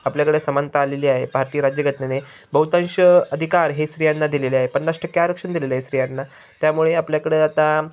आपल्याकडे समानता आलेली आहे भारतीय राज्यघटनेने बहुतांश अधिकार हे स्रियांना दिलेलं आहे पन्नास टक्के आरक्षण दिलेलंय स्रियांना त्यामुळे आपल्याकडे आता